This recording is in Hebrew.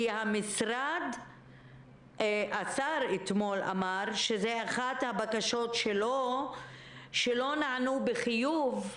כי השר אתמול אמר שזו אחת הבקשות שלו שלא נענו בחיוב,